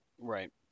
Right